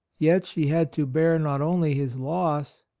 yet she had to bear not only his loss,